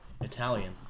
Italian